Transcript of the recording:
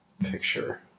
picture